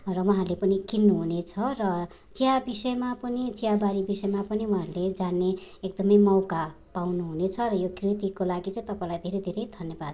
र उहाँहरूले पनि किन्नुहुनेछ र चिया विषयमा पनि चियाबारी विषयमा पनि उहाँहरूले जान्ने एकदमै मौका पाउनुहुनेछ र यो कृतिको लागि चाहिँ तपाईँलाई धेरै धेरै धन्यवाद